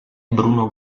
bruno